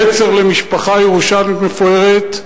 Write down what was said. נצר למשפחה ירושלמית מפוארת,